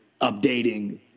updating